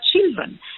children